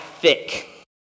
thick